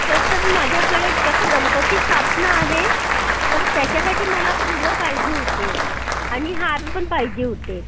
sir तर माझ्याकडे कसं गणपती स्थापना आहे तर त्याच्यासाठी मला फुलं पाहिजे होते आणि हार पण पाहिजे होते